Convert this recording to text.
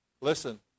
Listen